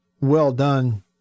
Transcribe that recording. well-done